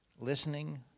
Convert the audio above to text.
Listening